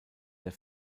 der